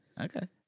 Okay